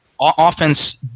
offense